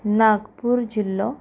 नागपूर जिल्लो